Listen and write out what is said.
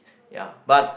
ya but